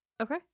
Okay